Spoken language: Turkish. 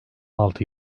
altı